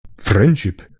Friendship